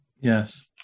Yes